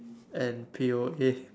and P_O_A